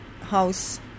house